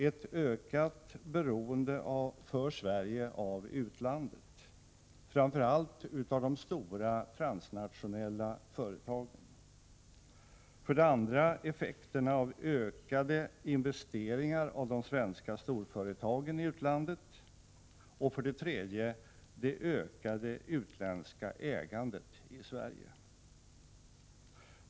Ett ökat beroende för Sverige av utlandet, framför allt av de stora transnationella företagen. 2. Effekterna av ökade investeringar av de svenska storföretagen i utlandet. 3. Det ökade utländska ägandet i Sverige.